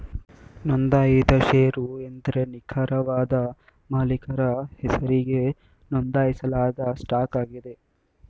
ನೊಂದಾಯಿತ ಶೇರು ಎಂದ್ರೆ ನಿಖರವಾದ ಮಾಲೀಕರ ಹೆಸರಿಗೆ ನೊಂದಾಯಿಸಲಾದ ಸ್ಟಾಕ್ ಆಗಿದೆ